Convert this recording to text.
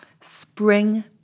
Spring